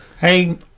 hey